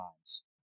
times